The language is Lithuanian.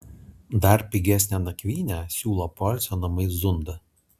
dar pigesnę nakvynę siūlo poilsio namai zunda